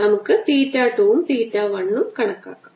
നമുക്ക് തീറ്റ 2 ഉം തീറ്റ 1 ഉം കണക്കാക്കാം